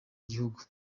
igihugu